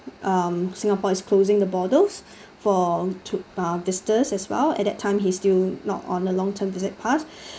uh singapore is closing the borders for to~ uh visitors as well at that time he still not on a long term visit pass